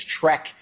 trek